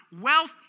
wealth